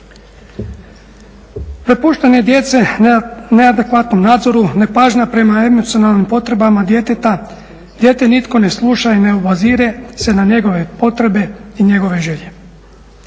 Prepuštanje djece neadekvatnom nadzoru, nepažnja prema emocionalnim potrebama djeteta, dijete nitko ne sluša i ne obazire se na njegove potrebe i na njegove želje.